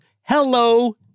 Hello